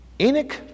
Enoch